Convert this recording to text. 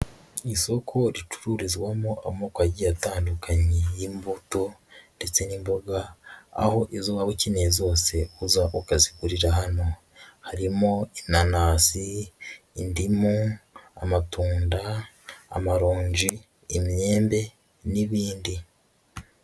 Isoko ricururizwamo amoko agiye atandukanye y'imbuto ndetse n'imboga, aho izo waba ukeneye zose uza ukazigurira hano harimo inanasi, indimu, amatunda, amaronji, imyembe n'ibindi.